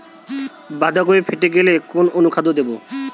বাঁধাকপি ফেটে গেলে কোন অনুখাদ্য দেবো?